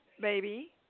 baby